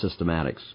systematics